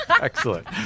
Excellent